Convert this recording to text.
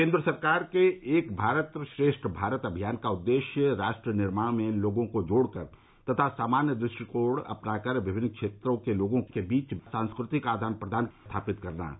केंद्र सरकार के एक भारत श्रेष्ठ भारत अभियान का उद्देश्य राष्ट्र निर्माण में लोगों को जोड़कर तथा सामान्य दृष्टिकोण अपनाकर विभिन्न क्षेत्रों के लोगों के बीच सांस्कृतिक आदान प्रदान स्थापित करना है